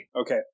okay